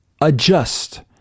adjust